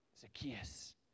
Zacchaeus